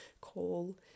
call